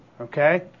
Okay